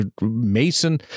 Mason